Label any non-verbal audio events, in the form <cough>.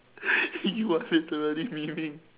<breath> you are literally memeing